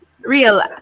real